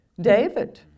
David